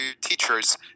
teachers